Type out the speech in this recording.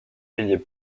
piliers